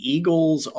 Eagles